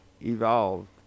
evolved